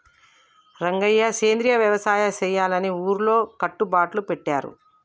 రంగయ్య సెంద్రియ యవసాయ సెయ్యాలని ఊరిలో కట్టుబట్లు పెట్టారు